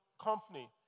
company